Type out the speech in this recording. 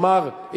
נאמר,